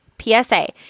PSA